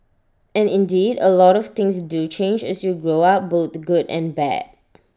and indeed A lot of things do change as you grow up both good and bad